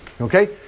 okay